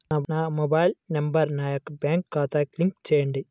నా mobile number నా యొక్క బ్యాంక్ ఖాతాకి లింక్ చేయండీ?